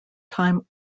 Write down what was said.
time